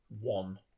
one